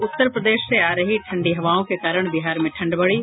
और उत्तर प्रदेश से आ रही ठंडी हवाओं के कारण बिहार में ठंड बढ़ी